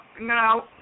no